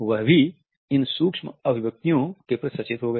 वह भी इन सूक्ष्म अभिव्यक्तियों के प्रति सचेत हो गए